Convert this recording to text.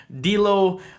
D'Lo